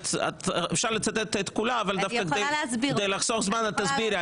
אפשר לצטט את כולה אבל כדי לחסוך זמן, שגית תסביר.